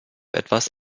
etwas